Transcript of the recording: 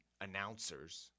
announcers